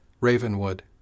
Ravenwood